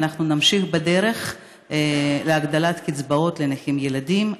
ואנחנו נמשיך בדרך להגדלת קצבאות לנכים ילדים.